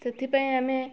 ସେଥିପାଇଁ ଆମେ